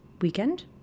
weekend